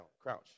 crouch